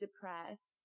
depressed